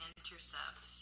Intercept